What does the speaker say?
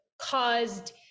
caused